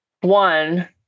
one